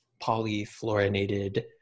polyfluorinated